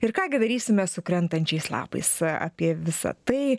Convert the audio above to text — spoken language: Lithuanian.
ir ką darysime su krentančiais lapais apie visa tai